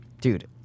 dude